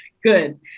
good